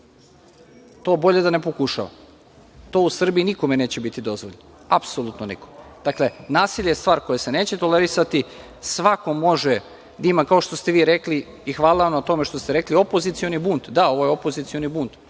to bolje da ne pokušava. To u Srbiji nikome neće da bude dozvoljeno, apsolutno nikome. Nasilje je stvar koja se neće tolerisati. Svako može da ima, kao što ste vi rekli, i hvala vam na tome što ste rekli, opozicioni bunt, da ovo je opozicioni bunt,